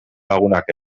lagunak